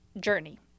journey